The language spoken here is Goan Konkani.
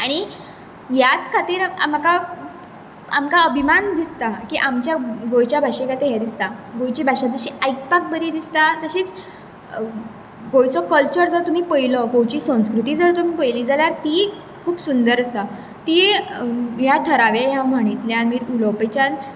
आनी ह्याच खातीर म्हाका आमकां अभिमान दिसता की आमच्या गोंयच्या भाशे खातीर हें दिसता गोंयची भाशा जशी आयकपाक बरी दिसता तशीच गोंयचो क्लचर जो तुमी पयलो गोंयची संस्कृती जर तुमी पयली जाल्यार ती खूब सुंदर आसा ती ह्या थराव्या बी म्हणींतल्यान बी उलोवपांतल्यान